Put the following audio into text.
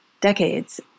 decades